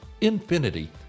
Infinity